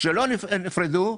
שלא נפרדו,